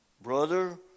Brother